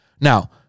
Now